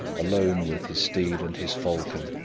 alone with his steed and his falcon.